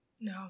No